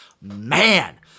man